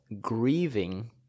Grieving